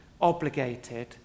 obligated